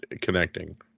connecting